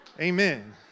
Amen